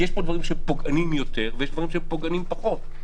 כי יש פה דברים שפוגעניים יותר ויש דברים שפוגעניים פחות,